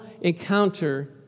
encounter